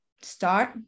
start